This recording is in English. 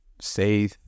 say